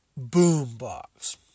Boombox